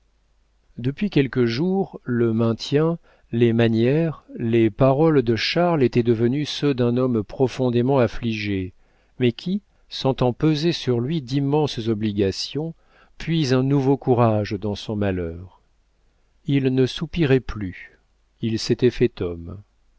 depuis quelques jours le maintien les manières les paroles de charles étaient devenus ceux d'un homme profondément affligé mais qui sentant peser sur lui d'immenses obligations puise un nouveau courage dans son malheur il ne soupirait plus il s'était fait homme